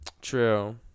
true